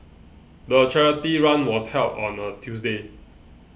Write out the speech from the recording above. the charity run was held on a Tuesday